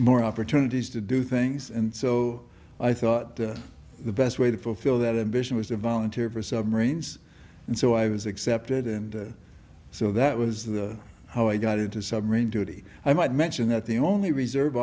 more opportunities to do things and so i thought the best way to fulfill that ambition was to volunteer for submarines and so i was accepted and so that was the how i got into submarine duty i might mention that the only reserve